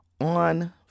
on